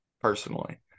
personally